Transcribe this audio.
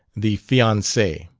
the fiance.